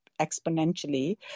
exponentially